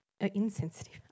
Insensitive